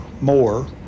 more